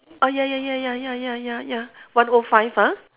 oh ya ya ya ya ya ya ya ya one O five ah